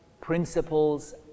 principles